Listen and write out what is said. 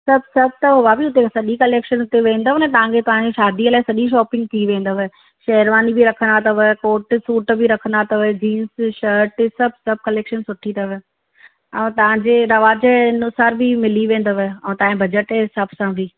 सभु सभु अथव भाभी हुते सॼी कलेक्शन हुते वेंदव न तव्हांखे पाणे शादीअ लाइ सॼी शोपिंग थी वेंदव शेरवानी बि रखंदा अथव कोट शूट बि रखंदा अथव जीन्स शर्ट सभु सभु कलेक्शन सुठी अथव ऐं तव्हांजे रवाज जे अनुसार बि मिली वेंदव ऐं तव्हांजे बजट जे हिसांब सां बि